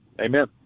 Amen